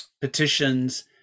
petitions